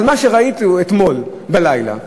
אבל מה שראינו אתמול בלילה,